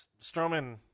Strowman